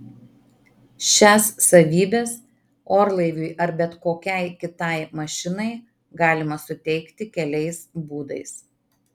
šias savybes orlaiviui ar bet kokiai kitai mašinai galima suteikti keliais būdais